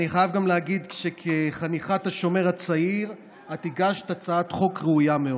אני חייב גם להגיד שכחניכת השומר הצעיר את הגשת הצעת חוק ראויה מאוד.